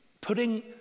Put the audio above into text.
putting